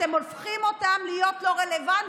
אתם הופכים אותם להיות לא רלוונטיים,